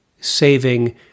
saving